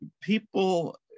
People